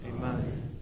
Amen